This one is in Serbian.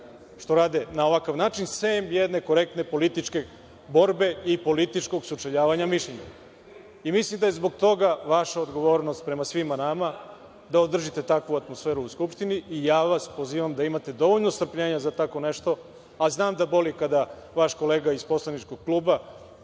što rade na ovakav način, sem jedne korektne političke borbe i političkog sučeljavanja mišljenja. Mislim da je zbog toga vaša odgovornost prema svima nama da održite takvu atmosferu u Skupštini. Ja vas pozivam da imate dovoljno strpljenja za tako nešto, a znam da boli kada vaš kolega iz poslaničkog kluba,